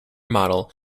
model